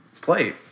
play